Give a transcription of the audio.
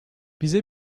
bize